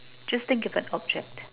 just think of an object